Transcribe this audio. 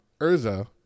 urza